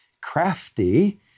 Crafty